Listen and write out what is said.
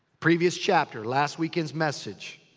previous chapter. last weekend's message.